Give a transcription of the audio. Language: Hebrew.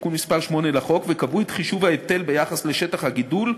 תיקון מס' 8 לחוק וקבעו את חישוב ההיטל ביחס לשטח הגידול,